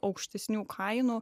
aukštesnių kainų